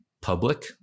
public